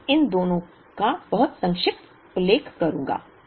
मैं इन दोनों का बहुत संक्षिप्त उल्लेख करूंगा